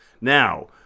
now